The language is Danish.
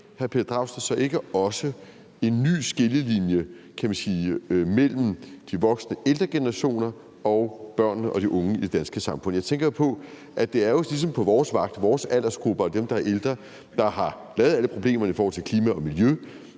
i Danmark, så ikke også ser en ny skillelinje, kan man sige, mellem de voksne, ældre generationer og børnene og de unge i det danske samfund? Jeg tænker, at det ligesom er sket på vores vagt, altså at det er vores aldersgruppe og dem, der er ældre, der har lavet alle problemerne i forhold til klima og miljø.